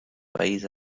país